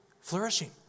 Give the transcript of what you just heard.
flourishing